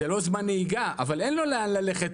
זה לא זמן נהיגה אבל אין לנהג לאן ללכת,